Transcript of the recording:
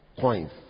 Coins